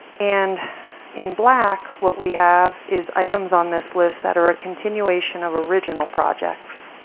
and in black what we have is items on this list that are a continuation of original projects.